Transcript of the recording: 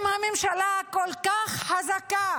אם הממשלה כל כך חזקה